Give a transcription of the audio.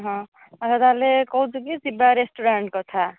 ହଁ ଏବେ ତାହେଲେ କହୁଛୁ କି ଯିବା ରେଷ୍ଟୁରାଣ୍ଟ କଥା